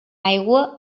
aigua